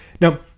Now